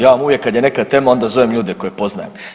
Ja vam uvijek kad je neka tema onda zovem ljude koje poznajem.